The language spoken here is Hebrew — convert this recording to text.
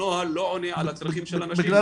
הנוהל לא עונה על הצרכים של אנשים.